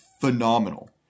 phenomenal